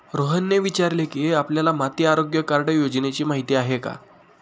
रोहनने विचारले की, आपल्याला माती आरोग्य कार्ड योजनेची माहिती आहे का?